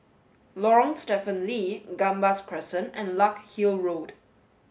Lorong Stephen Lee Gambas Crescent and Larkhill Road